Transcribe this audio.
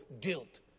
guilt